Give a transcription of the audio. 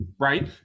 right